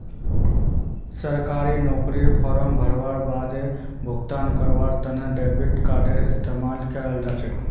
सरकारी नौकरीर फॉर्म भरवार बादे भुगतान करवार तने डेबिट कार्डडेर इस्तेमाल कियाल जा छ